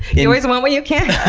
you always want what you can't have.